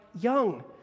young